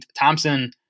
Thompson